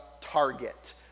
target